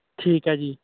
ਠੀਕ ਹੈ ਜੀ